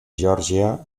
geòrgia